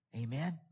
Amen